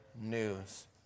news